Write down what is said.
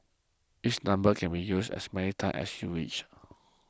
each number can be used as many times as you wish